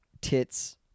tits